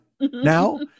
now